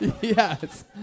Yes